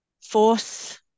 force